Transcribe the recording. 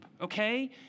Okay